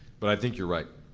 but i think you're right,